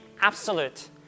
absolute